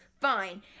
Fine